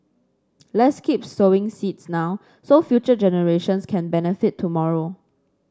let's keep sowing seeds now so future generations can benefit tomorrow